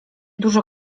dużo